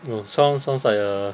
oh sounds sounds like a